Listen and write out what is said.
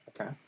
Okay